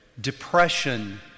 depression